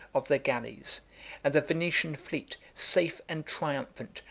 of the galleys and the venetian fleet, safe and triumphant,